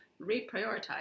reprioritize